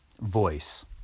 voice